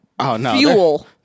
fuel